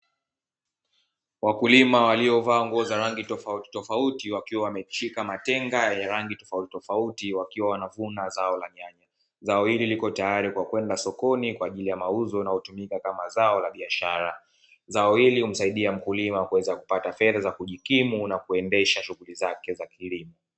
Wakulima waliovaa nguo za rangi tofautitofauti, wakiwa wameshika matenga yenye rangi tofautitofauti, wakiwa wanavuna zao la nyanya. Zao hili liko tayari kwa kwenda sokoni, kwa ajili ya mauzo, na hutumika kama zao la biashara. Zao hili humsaidia mkulima kuweza kupata fedha za kujikimu na kuendesha shughuli zake za kilimo.